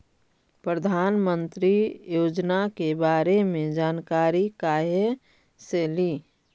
प्रधानमंत्री योजना के बारे मे जानकारी काहे से ली?